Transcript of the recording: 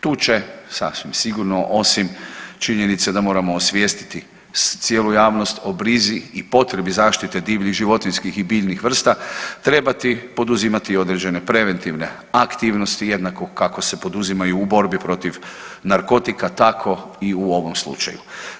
Tu će sasvim sigurno osim činjenice da moramo osvijestiti cijelu javnost o brizi i potrebi zaštite divljih životinjskih i biljnih vrsta trebati poduzimati određene preventivne aktivnosti jednako kako se poduzimaju u borbi protiv narkotika tako i u ovom slučaju.